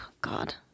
God